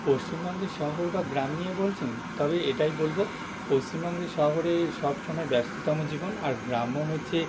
পশ্চিমবঙ্গের শহর বা গ্রাম নিয়ে বলছেন তবে এটাই বলবো পশ্চিমবঙ্গের শহরে সব সমায় ব্যস্ততম জীবন আর গ্রাম্য হচ্ছে